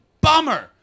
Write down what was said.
bummer